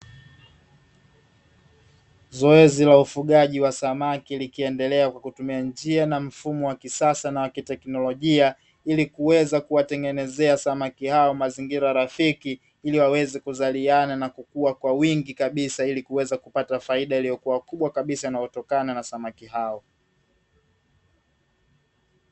Zoezi la ufugaji wa samaki likiendea kwa kutumia njia na mfumo wa kisasa na wa kiteknolojia, ili kuweza kuwatengenezea samaki hao mazingira rafiki ili waweza kuzaliana na kukua kwa wingi kabisa ili kuweza kupata faida iliyokuwa kubwa kabisa inayotokana na samaki hao.